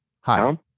Hi